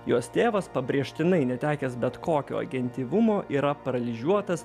jos tėvas pabrėžtinai netekęs bet kokio gentyvumo yra paralyžiuotas